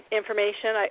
information